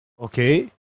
Okay